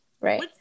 Right